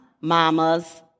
mamas